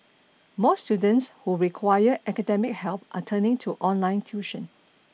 more students who require academic help are turning to online tuition